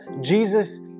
Jesus